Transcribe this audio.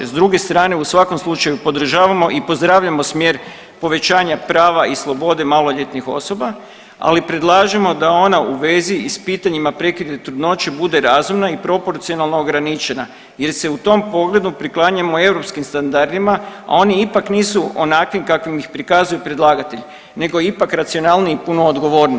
S druge strane, u svakom slučajno podržavamo i pozdravljamo smjer povećanja prava i slobode maloljetnih osoba, ali predlažemo da ona u vezi i s pitanjima prekida trudnoće bude razumna i proporcionalno ograničena jer se u tom pogledu priklanjamo europskim standardima, a oni ipak nisu onakvim kakvim ih prikazuje predlagatelj nego ipak racionalniji i puno odgovorniji.